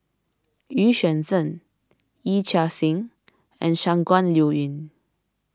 Xu Yuan Zhen Yee Chia Hsing and Shangguan Liuyun